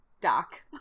Doc